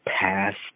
past